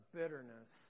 bitterness